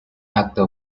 acta